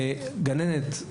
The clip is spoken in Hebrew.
גננת,